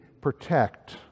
protect